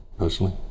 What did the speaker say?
personally